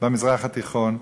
במזרח התיכון,